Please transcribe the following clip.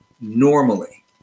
normally